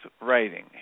writing